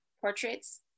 portraits